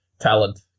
talent